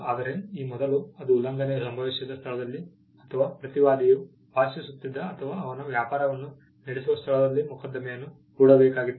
ಆದರೆ ಈ ಮೊದಲು ಅದು ಉಲ್ಲಂಘನೆ ಸಂಭವಿಸಿದ ಸ್ಥಳದಲ್ಲಿ ಅಥವಾ ಪ್ರತಿವಾದಿಯು ವಾಸಿಸುತ್ತಿದ್ದ ಅಥವಾ ಅವನ ವ್ಯಾಪಾರವನ್ನು ನಡೆಸುವ ಸ್ಥಳದಲ್ಲಿ ಮೊಕದ್ದಮೆಯನ್ನು ಹೂಡಬೇಕಾಗಿತ್ತು